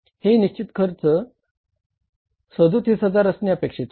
हे निश्चित उत्पादित खर्च 37000 असणे अपेक्षित होते